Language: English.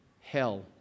Hell